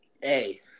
Hey